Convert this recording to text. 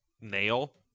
nail